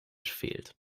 fehlt